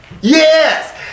Yes